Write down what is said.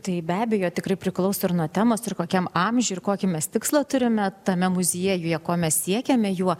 tai be abejo tikrai priklauso ir nuo temos ir kokiam amžiui ir kokį mes tikslą turime tame muziejuje ko mes siekiame juo